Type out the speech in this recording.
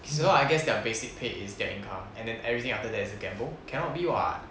so I guess their basic pay is their income and then everything after that is a gamble cannot be [what]